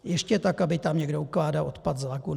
Ještě tak aby tam někdo ukládal odpad z lagun.